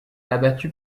abattue